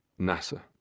nasa